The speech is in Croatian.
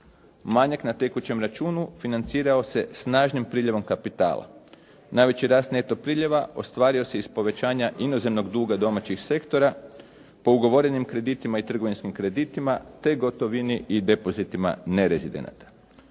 Manjak na tekućem računu financirao se snažnim priljevom kapitala. Najveći rast neto priljeva ostvario se iz povećanja inozemnog duga domaćih sektora po ugovorenim kreditima i trgovinskim kreditima te gotovini i depozitima nerezidenata.